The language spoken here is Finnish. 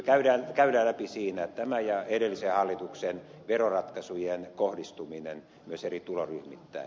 käydään läpi siinä tämän ja edellisen hallituksen veroratkaisujen kohdistuminen myös eri tuloryhmittäin